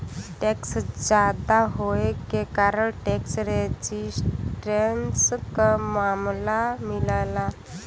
tax जादा होये के कारण टैक्स रेजिस्टेंस क मामला मिलला